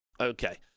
okay